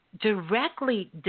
directly